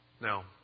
Now